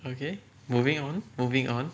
okay moving on moving on